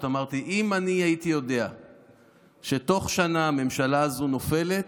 שאם אני הייתי יודע שתוך שנה הממשלה הזו נופלת,